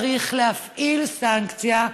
צריך להפעיל סנקציה,